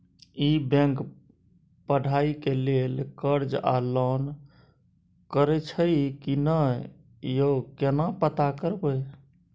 ई bank पढ़ाई के लेल कर्ज आ लोन करैछई की नय, यो केना पता करबै?